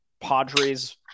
Padres